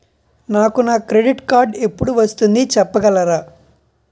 నాకు నా credit card ఎపుడు వస్తుంది చెప్పగలరా?